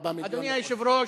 אדוני היושב-ראש,